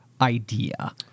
idea